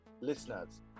listeners